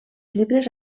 llibres